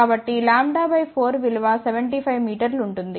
కాబట్టి lambda by 4 విలువ 75 మీటర్లు ఉంటుంది